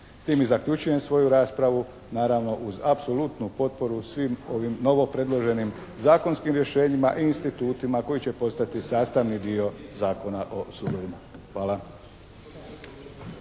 S tim i zaključujem svoju raspravu naravno uz apsolutnu potporu svim ovim novopredloženim zakonskim rješenjima i institutima koji će postati sastavni dio Zakona o sudovima. Hvala.